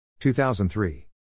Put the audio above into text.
2003